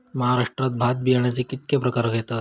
महाराष्ट्रात भात बियाण्याचे कीतके प्रकार घेतत?